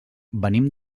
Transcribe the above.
venim